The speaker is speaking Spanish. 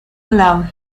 love